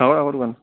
অঁ আগৰ দোকান